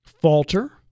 falter